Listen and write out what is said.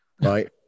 Right